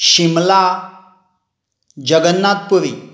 Shimla Jagannathpuri